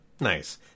nice